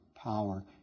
power